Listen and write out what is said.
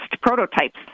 prototypes